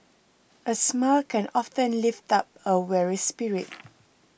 a smile can often lift up a weary spirit